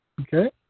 Okay